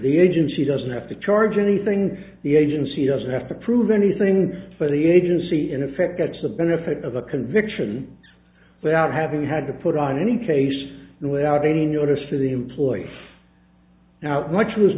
agency doesn't have to charge anything the agency doesn't have to prove anything but the agency in effect gets the benefit of a conviction without having had to put on any case without any notice to the employees now much was